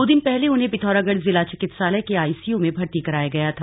दो दिन पहले उन्हें पिथौरागढ़ जिला चिकित्सालय के आईसीयू में भर्ती कराया गया था